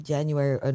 January